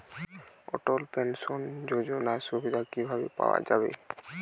অটল pension যোজনার সুবিধা কি ভাবে পাওয়া যাবে?